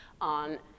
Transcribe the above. on